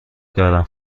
دارم